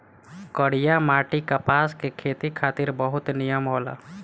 करिया माटी कपास के खेती खातिर बहुते निमन होला